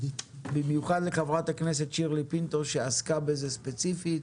במיוחד לחברת הכנסת שירלי פינטו שעסקה בזה ספציפית,